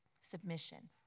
submission